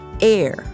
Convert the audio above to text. Air